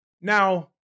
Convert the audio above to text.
Now